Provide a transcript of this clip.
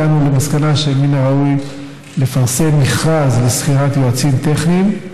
הגענו למסקנה שמן הראוי לפרסם מכרז לשכירת יועצים טכניים,